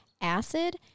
acid